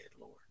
Lord